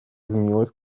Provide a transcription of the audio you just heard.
изменилась